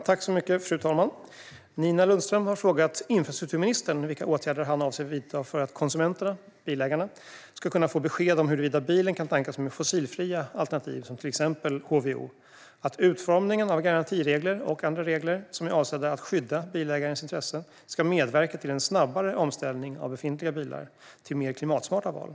Fru talman! Nina Lundström har frågat infrastrukturministern vilka åtgärder han avser att vidta för att konsumenterna - bilägarna - ska kunna få besked om bilen kan tankas med fossilfria alternativ som till exempel HVO. Nina Lundström har också frågat om åtgärder för att utformningen av garantiregler och andra regler som är avsedda att skydda bilägarens intressen ska medverka till en snabbare omställning av befintliga bilar till mer klimatsmarta val.